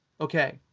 okay